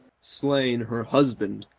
slaying her husband,